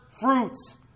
fruits